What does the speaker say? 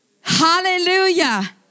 Hallelujah